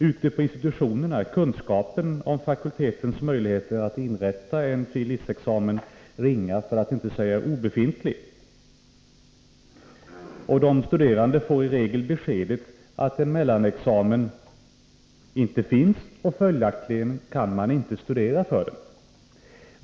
Ute på institutionerna är kunskap or fakultetens möjligheter att inrätta en fil. lic.-examen ringa, för att inte säga obefintlig. De studerande får i regel beskedet att en mellanexamen inte finns, och följaktligen kan man inte studera för den.